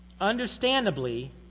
Understandably